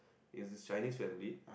is a Chinese family